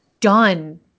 done